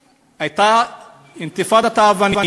גברתי היושבת-ראש,